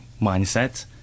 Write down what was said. mindset